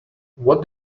what